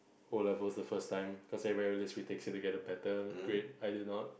O levels the first time cause everybody retake to get a better grade I did not